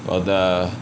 我的